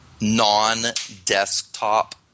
non-desktop